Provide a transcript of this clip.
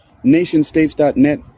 nationstates.net